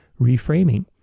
reframing